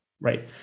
right